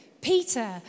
Peter